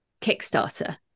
Kickstarter